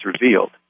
revealed